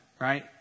right